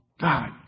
God